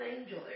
angel